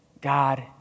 God